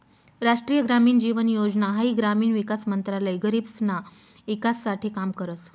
राष्ट्रीय ग्रामीण जीवन योजना हाई ग्रामीण विकास मंत्रालय गरीबसना ईकास साठे काम करस